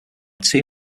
two